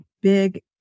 big